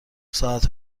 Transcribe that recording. ساعت